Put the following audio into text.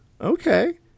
okay